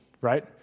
right